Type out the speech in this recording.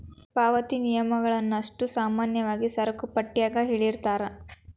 ಪಾವತಿ ನಿಯಮಗಳನ್ನಷ್ಟೋ ಸಾಮಾನ್ಯವಾಗಿ ಸರಕುಪಟ್ಯಾಗ ಹೇಳಿರ್ತಾರ